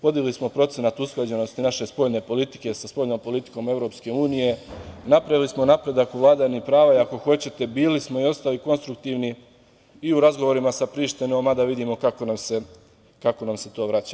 Vodili smo procenat usklađenosti, naše spoljne politike sa spoljnom politikom Evropske unije, napravili smo napredak u vladavini prava i ako hoćete, bili smo i ostali konstruktivni i u razgovorima sa Prištinom, mada vidimo kako nam se to vraća.